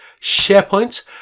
sharepoint